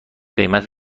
قیمت